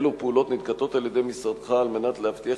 אלו פעולות ננקטות על-ידי משרדך על מנת להבטיח